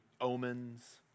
omens